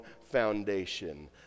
foundation